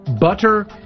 butter